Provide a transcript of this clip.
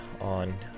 on